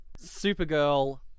Supergirl